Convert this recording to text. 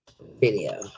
Video